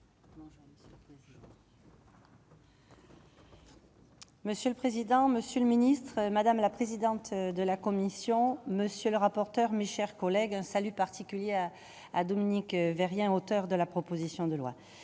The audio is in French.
Marie-Pierre Monier. Monsieur le président, monsieur le ministre, madame la présidente de la commission, monsieur le rapporteur, mes chers collègues, un salut particulier à Dominique Verrier, un auteur de la proposition de loi,